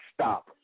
stop